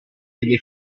deve